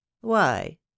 Why